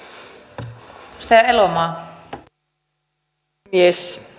arvoisa puhemies